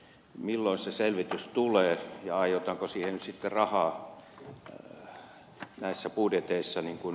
milloin se selvitys tulee ja aiotaanko siihen nyt sitten rahaa näissä budjeteissa myöntää